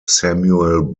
samuel